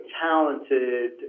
talented